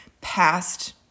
past